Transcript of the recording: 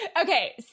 Okay